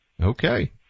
Okay